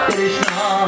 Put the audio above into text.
Krishna